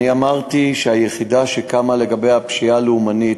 אני אמרתי שהיחידה שקמה לגבי הפשיעה הלאומנית,